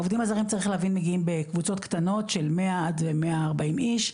העובדים הזרים צריך להבין מגיעים בקבוצות קטנות של 100 עד 140 איש,